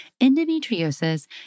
Endometriosis